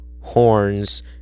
horns